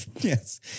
yes